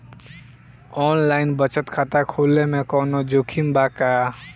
Online बचत खाता खोले में कवनो जोखिम बा का?